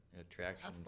attraction